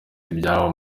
ibyabo